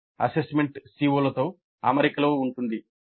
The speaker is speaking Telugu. అంటే అసెస్మెంట్ CO లతో అమరికలో ఉంటుంది